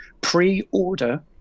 Pre-order